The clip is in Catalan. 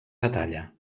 batalla